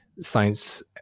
science